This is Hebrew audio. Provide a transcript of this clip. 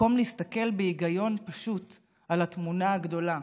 במקום להסתכל בהיגיון פשוט על התמונה הגדולה.